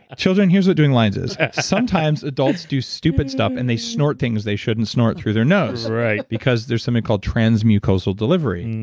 children, here's what doing lines is, sometimes adults do stupid stuff and they snort things they shouldn't snort through their nose because there's something called transmucosal delivery.